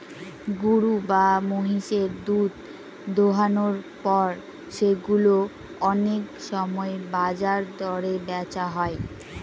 গরু বা মহিষের দুধ দোহানোর পর সেগুলো অনেক সময় বাজার দরে বেচা হয়